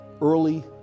early